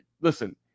listen